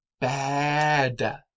bad